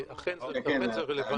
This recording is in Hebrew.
אכן זה רלוונטי.